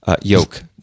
Yoke